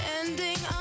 ending